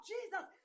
Jesus